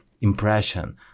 impression